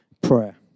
prayer